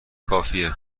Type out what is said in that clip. کافیه